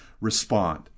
respond